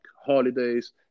holidays